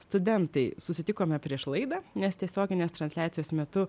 studentai susitikome prieš laidą nes tiesioginės transliacijos metu